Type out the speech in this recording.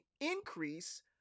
increase